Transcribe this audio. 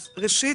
ראשית,